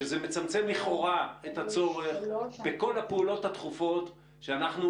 שזה מצמצם לכאורה את הצורך בכל הפעולות הדחופות שאנחנו